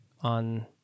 on